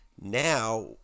now